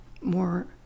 more